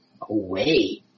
away